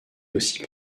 aussi